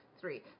three